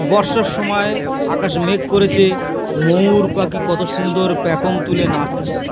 বর্ষার সময় আকাশে মেঘ করেছে ময়ূর পাখি কত সুন্দর পেখম তুলে নাচছে